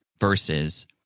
versus